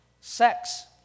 Sex